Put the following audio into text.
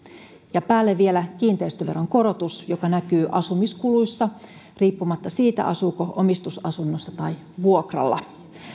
ja päälle vielä kiinteistöveron korotus joka näkyy asumiskuluissa riippumatta siitä asuuko omistusasunnossa tai vuokralla